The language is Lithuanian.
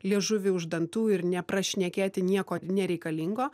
liežuvį už dantų ir neprašnekėti nieko nereikalingo